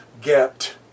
get